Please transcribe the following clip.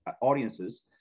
audiences